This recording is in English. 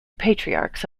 patriarchs